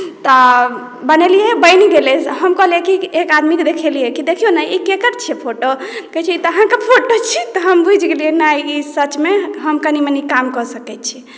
तऽ बनेलियै बनि गेलै हम कहलियै कि एक आदमीकेँ देखेलियै कि देखियौ ने ई ककर छियै फोटो कहैत छै ई तऽ अहाँके फोटो छी तऽ हम बुझि गेलियै नहि ई सचमे हम कनी मनी काम कऽ सकैत छी